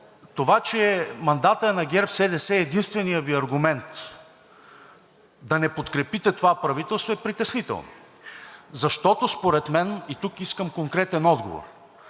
това, че мандатът е на ГЕРБ-СДС, е единственият Ви аргумент да не подкрепите това правителство е притеснително, защото според мен, и тук искам конкретен отговор,